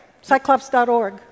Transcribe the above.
Cyclops.org